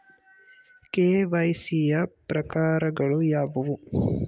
KYC ಯ ಪ್ರಕಾರಗಳು ಯಾವುವು?